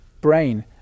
brain